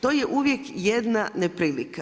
To je uvijek jedna neprilika.